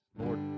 Lord